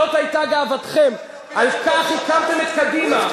זאת היתה גאוותכם, על כך הקמתם את קדימה.